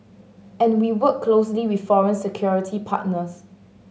and we work closely with foreign security partners